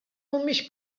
mhumiex